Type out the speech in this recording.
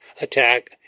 attack